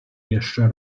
jeszcze